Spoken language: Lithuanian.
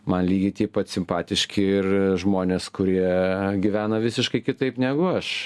man lygiai tiek pat simpatiški ir žmonės kurie gyvena visiškai kitaip negu aš